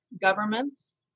governments